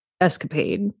escapade